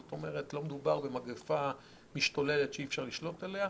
זאת אומרת לא מדובר במגפה משתוללת שאי אפשר לשלוט עליה.